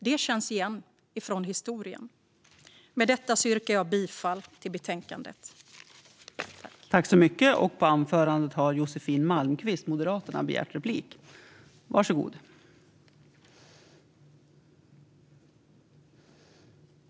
Det känns igen från historien. Med detta yrkar jag bifall till utskottets förslag.